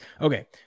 Okay